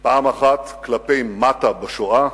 פעם אחת כלפי מטה, בשואה,